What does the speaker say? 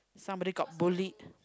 somebody got bullied